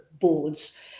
boards